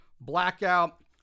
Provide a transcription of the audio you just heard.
blackout